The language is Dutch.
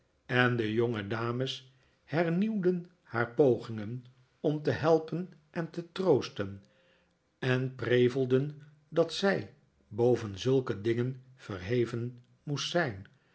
en de jongedames hernieuwden haar pogingen om te helpen en te troosten en prevelden dat zij boven zulke dingen verheven moest zijn